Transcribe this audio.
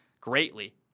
greatly